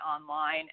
online